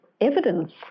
evidence